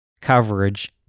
coverage